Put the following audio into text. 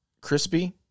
Crispy